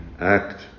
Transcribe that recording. act